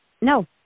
No